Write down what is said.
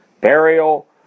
burial